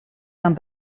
aan